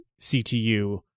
CTU